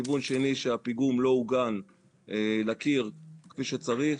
הכיוון השני הוא שהפיגום לא עוגן לקיר כפי שצריך.